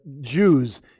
Jews